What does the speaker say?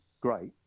great